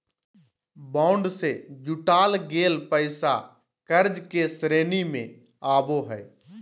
bond से जुटाल गेल पैसा कर्ज के श्रेणी में आवो हइ